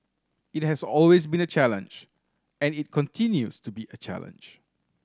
it has always been a challenge and it continues to be a challenge